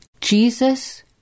Jesus